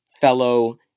fellow